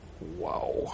Wow